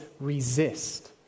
resist